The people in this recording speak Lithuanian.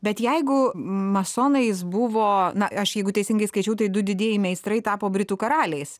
bet jeigu masonais buvo na aš jeigu teisingai skaičiau tai du didieji meistrai tapo britų karaliais